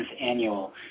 annual